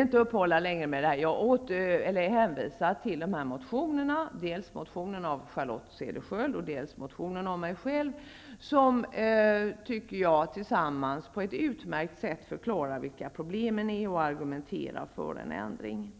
inte uppehålla mig längre vid detta. Jag hänvisar till motionerna, den av Charlotte Cederschiöld och den av mig, som tillsammans på ett utmärkt sätt förklarar vilka problemen är och argumenterar för en ändring.